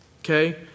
okay